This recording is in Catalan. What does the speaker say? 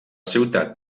ciutat